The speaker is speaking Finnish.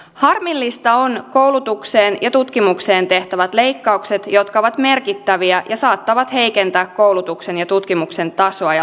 harmillista on koulutukseen ja tutkimukseen tehtävät leikkaukset jotka ovat merkittäviä ja saattavat heikentää koulutuksen ja tutkimuksen tasoa ja